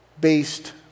based